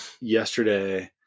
yesterday